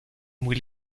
muy